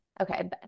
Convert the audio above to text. okay